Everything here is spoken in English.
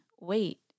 wait